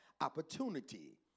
opportunity